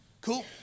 Cool